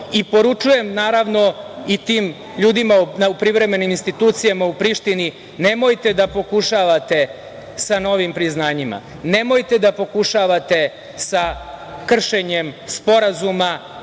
tome. Poručujem tim ljudima u privremenim institucijama u Prištini - nemojte da pokušavate sa novim priznanjima, nemojte da pokušavate sa kršenjem Sporazuma